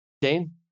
Dane